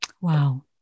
Wow